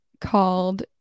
called